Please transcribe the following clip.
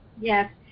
Yes